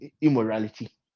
immorality